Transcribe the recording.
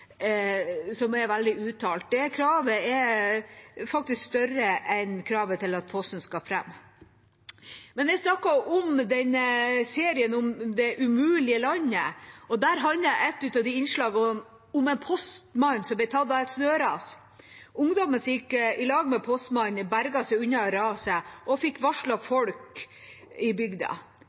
til det veldig uttalte kravet om overskudd i bedriften. Det kravet er faktisk større enn kravet til at posten skal fram. Jeg snakket om serien «Det umulige landet», og der handlet et av innslagene om en postmann som ble tatt av et snøras. Ungdommen som gikk i lag med postmannen, berget seg unna raset og fikk varslet folk i bygda.